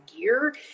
gear